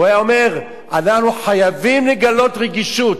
והוא היה אומר: אנחנו חייבים לגלות רגישות,